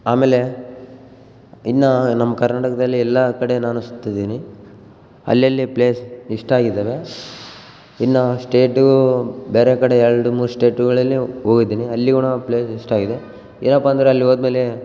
ಆಮೇಲೆ ಇನ್ನು ನಮ್ಮ ಕರ್ನಾಟಕದಲ್ಲಿ ಎಲ್ಲ ಕಡೆ ನಾನು ಸುತ್ತಿದೀನಿ ಅಲ್ಲಲ್ಲಿ ಪ್ಲೇಸ್ ಇಷ್ಟ ಆಗಿದಾವೆ ಇನ್ನು ಸ್ಟೇಟು ಬೇರೆ ಕಡೆ ಎರಡು ಮೂರು ಸ್ಟೇಟುಗಳಲ್ಲಿ ಹೋಗಿದೀನಿ ಅಲ್ಲಿ ಕೂಡ ಪ್ಲೇಸ್ ಇಷ್ಟ ಆಗಿದೆ ಏನಪ್ಪಾ ಅಂದ್ರೆ ಅಲ್ಲಿ ಹೋದ್ಮೇಲೆ